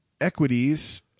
equities